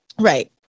Right